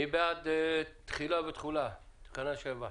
מי בעד תחילה ותחולה, תקנה 7?